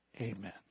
Amen